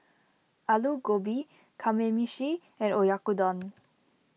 Alu Gobi Kamameshi and Oyakodon